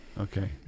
Okay